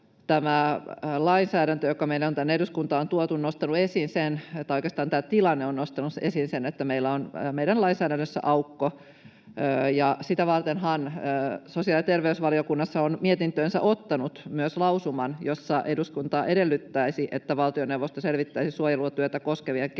tämä lainsäädäntö, joka meille on tänne eduskuntaan tuotu, on nostanut esiin sen — tai oikeastaan tämä tilanne on nostanut esiin sen — että meillä on meidän lainsäädännössämme aukko. Sitä vartenhan sosiaali- ja terveysvaliokunta on mietintöönsä ottanut myös lausuman, jossa eduskunta edellyttäisi, että valtioneuvosto selvittäisi suojelutyötä koskevia